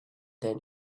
then